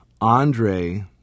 Andre